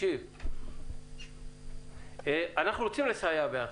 אנחנו רוצים לסייע בידך,